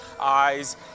eyes